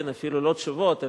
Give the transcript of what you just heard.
אפילו לא תשובות,